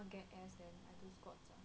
squats lor